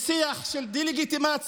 לשיח של דה-לגיטימציה,